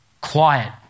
Quiet